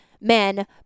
men